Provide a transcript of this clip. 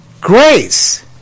Grace